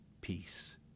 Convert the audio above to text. Peace